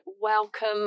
Welcome